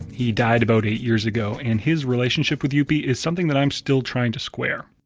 he died about eight years ago and his relationship with youppi is something that i'm still trying to square.